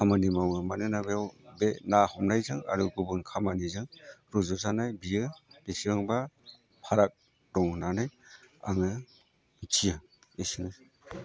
खामानि मावो मानोना बेयाव बे ना हमनायजों आरो गुबुन खामानिजों रुजुजानाय बेयो बेसेबांबा फाराग दङ होननानै आङो मिथियो एसेनोसै